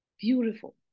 beautiful